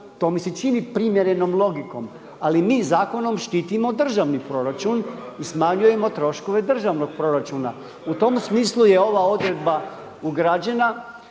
to mi se čini primjernim logikom, ali mi zakonom štitimo državni proračun i smanjujemo troškove državnog proračuna. U tom smislu je ova odredba ugrađena